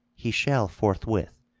he shall forthwith,